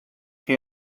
chi